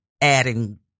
adding